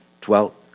dwelt